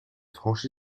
franchi